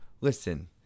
Listen